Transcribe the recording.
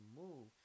move